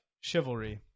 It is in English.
Chivalry